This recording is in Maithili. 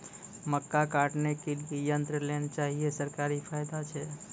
मक्का काटने के लिए यंत्र लेल चाहिए सरकारी फायदा छ?